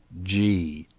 g.